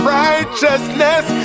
righteousness